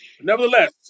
Nevertheless